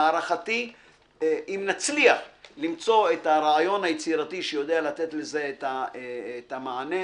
להערכתי אם נצליח למצוא את הרעיון היצירתי שיודע לתת לזה את המענה,